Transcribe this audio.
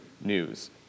news